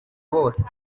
bose